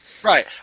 Right